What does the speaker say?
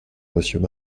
monsieur